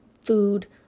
food